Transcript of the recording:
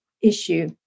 issue